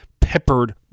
peppered